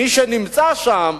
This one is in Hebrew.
מי שנמצא שם,